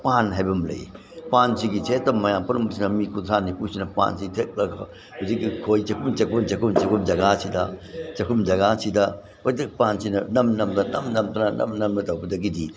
ꯄꯥꯟ ꯍꯥꯏꯕ ꯑꯃ ꯂꯩꯌꯦ ꯄꯥꯟꯁꯤꯒꯤꯁꯤ ꯍꯦꯛꯇ ꯃꯌꯥꯝ ꯄꯨꯝꯅꯃꯛꯁꯤꯅ ꯃꯤ ꯀꯨꯟꯊ꯭ꯔꯥ ꯅꯤꯐꯨꯁꯤꯅ ꯄꯥꯟꯁꯦ ꯊꯦꯛꯂꯒ ꯍꯧꯖꯤꯛꯀꯤ ꯈꯣꯏ ꯆꯤꯛꯐꯝ ꯆꯤꯛꯐꯝ ꯆꯤꯛꯐꯝ ꯆꯤꯛꯐꯝ ꯖꯥꯒꯥꯁꯤꯗ ꯆꯤꯛꯐꯝ ꯖꯒꯥꯁꯤꯗ ꯍꯧꯖꯤꯛ ꯄꯥꯟꯁꯤꯅ ꯅꯝ ꯅꯝꯗꯅ ꯅꯝ ꯅꯝꯗꯅ ꯅꯝ ꯅꯝ ꯇꯧꯕꯗꯒꯤꯗꯤ